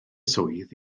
swydd